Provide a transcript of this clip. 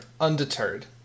Undeterred